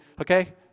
okay